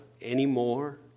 anymore